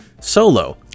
solo